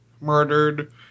murdered